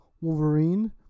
Wolverine